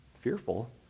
fearful